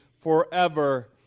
forever